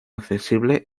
accesible